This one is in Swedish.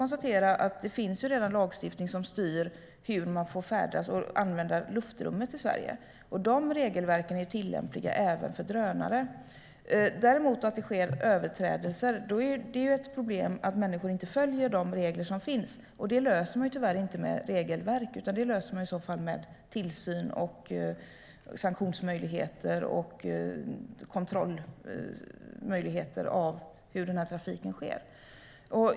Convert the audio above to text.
Det finns dock redan lagstiftning som styr hur man får färdas och använda luftrummet i Sverige. De regelverken är tillämpliga även för drönare. Det är dock ett problem att folk inte följer de regler som finns. Det löser man tyvärr inte med regelverk utan med tillsyn, sanktionsmöjligheter och kontroll av trafiken.